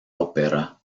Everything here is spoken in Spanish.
ópera